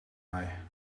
mij